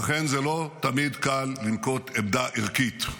ואכן, זה לא תמיד קל לנקוט עמדה ערכית.